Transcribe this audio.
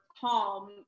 calm